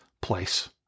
place